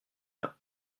heure